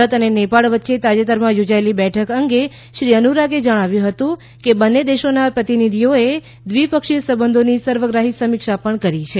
ભારત અને નેપાળ વચ્ચે તાજેતરમાં યોજાયેલી બેઠક અંગે શ્રી અનુરાગે જણાવ્યું હતું કે બંને દેશોના પ્રતિનિઘિઓએ દ્વિપક્ષીય સંબંધોની સર્વગ્રાહી સમીક્ષા કરી છે